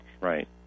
Right